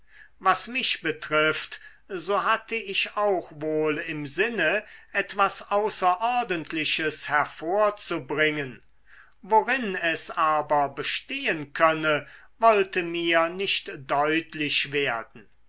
was mich betrifft so hatte ich auch wohl im sinne etwas außerordentliches hervorzubringen worin es aber bestehen könne wollte mir nicht deutlich werden